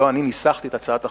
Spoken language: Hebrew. לא אני ניסחתי את הצעת החוק,